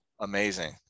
amazing